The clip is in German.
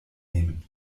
nehmen